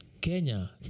Kenya